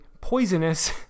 poisonous